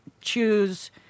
choose –